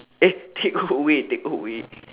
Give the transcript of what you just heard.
eh takeaway takeaway